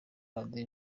radio